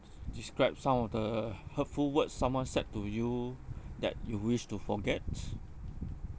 describe some of the hu~ hurtful words someone said to you that you wish to forget